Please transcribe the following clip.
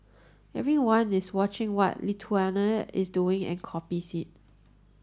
everyone is watching what Lithuania is doing and copies it